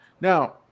Now